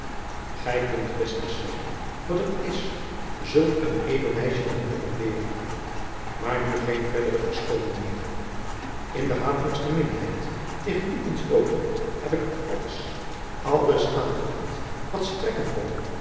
ij kunt best beseffen wat het is zulk een edel meisje te moeten ontberen aar nu geene verdere verschooning meer n den hatelijksten minnenijd tegen u ontstoken heb ik alles alles aangewend wat strekken kon